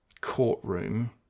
courtroom